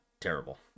terrible